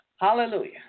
Hallelujah